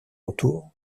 autour